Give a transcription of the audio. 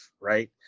right